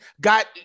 got